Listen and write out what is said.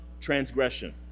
transgression